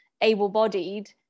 able-bodied